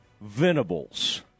Venables